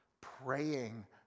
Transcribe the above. praying